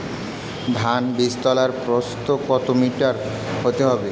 ধান বীজতলার প্রস্থ কত মিটার হতে হবে?